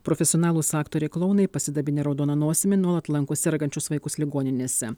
profesionalūs aktoriai klounai pasidabinę raudona nosimi nuolat lanko sergančius vaikus ligoninėse